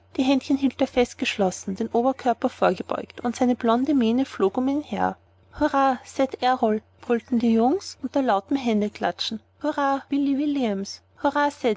die händchen hielt er fest geschlossen den oberkörper vorgebeugt und seine blonde mähne flog um ihn her hurra ced errol brüllten die jungens unter lautem händeklatschen hurra billy williams hurra